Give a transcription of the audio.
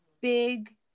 big